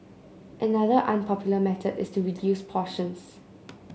another unpopular method is to reduce portions